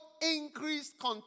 increased